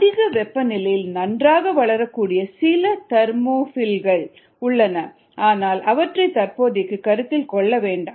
அதிக வெப்பநிலையில் நன்றாக வளரக்கூடிய சில தெர்மோபில்கள் உள்ளன ஆனால் அவற்றை தற்போதைக்கு கருத்தில் கொள்ள வேண்டாம்